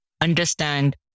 understand